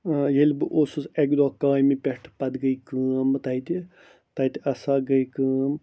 ییٚلہِ بہٕ اوسُس اَکہِ دۄہ کامہِ پٮ۪ٹھ پتہٕ گٔے کٲم تَتہِ تَتہِ اَسا گٔے کٲم